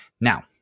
Now